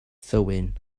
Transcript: thywyn